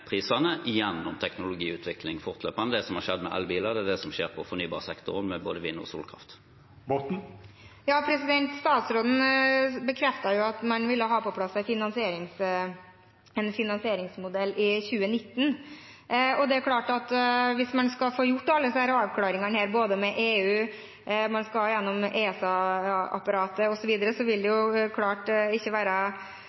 prisene gjennom teknologiutvikling. Det er det som har skjedd med elbiler, og det er det som skjer i fornybar sektor med både vind- og solkraft. Statsråden bekreftet jo at man vil ha på plass en finansieringsmodell i 2019. Og det er klart at hvis man skal få gjort alle disse avklaringene, med EU, at man skal gjennom ESA-apparatet, osv., vil det jo